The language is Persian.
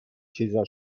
چیزا